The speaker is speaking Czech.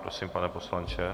Prosím, pane poslanče.